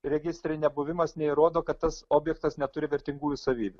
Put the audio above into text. registre nebuvimas neįrodo kad tas objektas neturi vertingųjų savybių